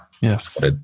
Yes